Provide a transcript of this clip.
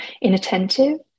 inattentive